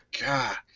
God